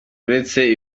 uretse